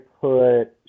put